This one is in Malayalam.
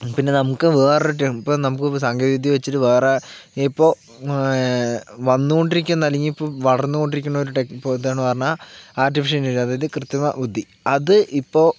പിന്നെ നമുക്ക് വേറൊരു ഇപ്പോൾ നമുക്ക് സാങ്കേതികവിദ്യ വച്ചിട്ട് വേറെ ഇപ്പോൾ വന്നുകൊണ്ടിരിക്കുന്ന അല്ലെങ്കിൽ ഇപ്പോൾ വളർന്നുകൊണ്ടിരിക്കുന്ന ഒരു ടെക് ഇപ്പോൾ ഇതാണ് പറഞ്ഞാൽ ആർടിഫിഷ്യൽ ഇൻ്റലിജൻസ് അതായത് കൃത്രിമബുദ്ധി അത് ഇപ്പോൾ